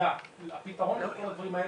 הפתרון לכל הדברים האלה,